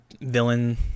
villain